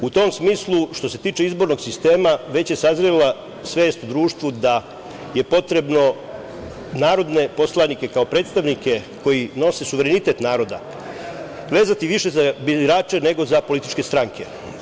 U tom smislu što se tiče izbornog sistema već je sazrela svest u društvu da je potrebno narodne poslanike kao predstavnike koji nose suverenitet naroda, vezati više za birače nego za političke stranke.